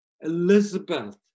Elizabeth